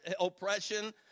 oppression